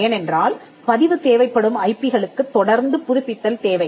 ஏனென்றால் பதிவு தேவைப்படும் ஐபிகளுக்குத் தொடர்ந்து புதுப்பித்தல் தேவை